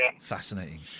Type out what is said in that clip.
fascinating